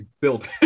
build